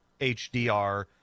HDR